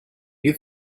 you